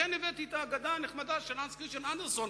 לכן הבאתי את האגדה הנחמדה של הנס כריסטיאן אנדרסן,